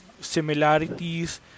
similarities